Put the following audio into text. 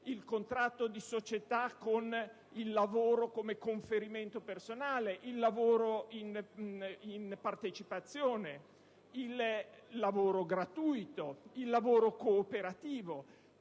al contratto di società con il lavoro come conferimento personale, al lavoro in partecipazione, al lavoro cooperativo,